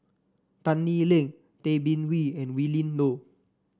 Tan Lee Leng Tay Bin Wee and Willin Low